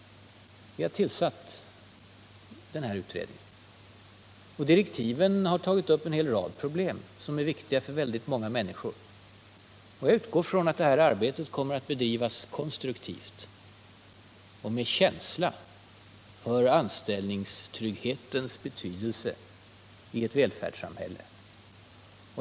Vi har tillsatt den här utredningen, och direktiven har tagit upp en hel rad problem som är viktiga för många människor. Och jag utgår från att det här arbetet kommer att bedrivas konstruktivt och med en känsla för anställningstrygghetens betydelse i ett välfärdssamhälle.